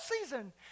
season